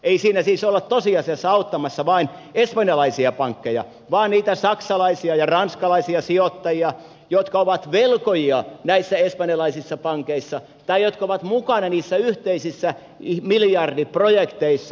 ei siinä siis olla tosiasiassa auttamassa vain espanjalaisia pankkeja vaan niitä saksalaisia ja ranskalaisia sijoittajia jotka ovat velkojia näissä espanjalaisissa pankeissa tai jotka ovat mukana niissä yhteisissä miljardiprojekteissa